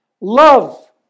Love